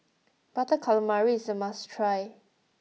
Butter Calamari is a must try